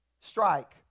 strike